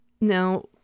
Now